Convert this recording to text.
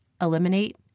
eliminate